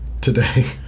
today